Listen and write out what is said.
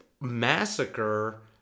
massacre